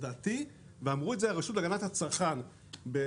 אבל לדעתי ואמרה את זה הרשות להגנת הצרכן בשקט